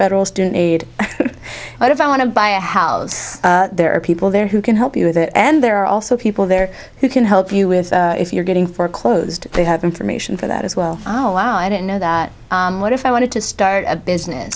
federal student aid but if i want to buy a house there are people there who can help you with that and there are also people there who can help you with if you're getting foreclosed they have information for that as well oh i didn't know that what if i wanted to start a business